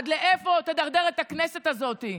עד לאיפה תדרדר את הכנסת הזאת?